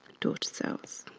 daughter cells.